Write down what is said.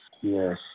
Yes